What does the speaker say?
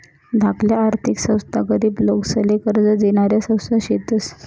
धाकल्या आर्थिक संस्था गरीब लोकेसले कर्ज देनाऱ्या संस्था शेतस